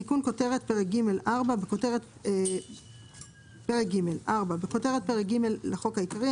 תיקון כותרת4.בכותרת פרק ג' לחוק העיקרי,